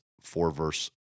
four-verse